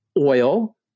oil